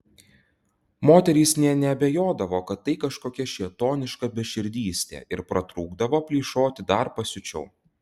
moterys nė neabejodavo kad tai kažkokia šėtoniška beširdystė ir pratrūkdavo plyšoti dar pasiučiau